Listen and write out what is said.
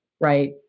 right